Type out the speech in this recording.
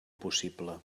possible